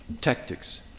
tactics